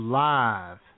live